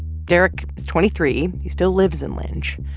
derek is twenty three. he still lives in lynch.